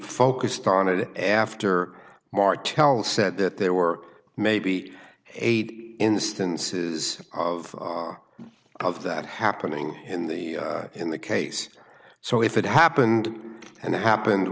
focused on it after martell said that there were maybe eight instances of of that happening in the in the case so if it happened and it happened